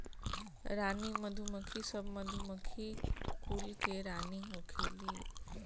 रानी मधुमक्खी सब मधुमक्खी कुल के रानी होखेली